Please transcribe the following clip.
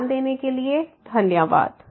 ध्यान देने के लिए धन्यवाद